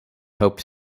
hope